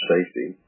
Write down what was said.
Safety